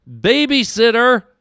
babysitter